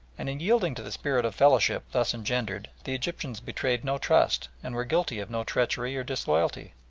and in yielding to the spirit of fellowship thus engendered the egyptians betrayed no trust, and were guilty of no treachery or disloyalty.